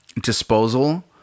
disposal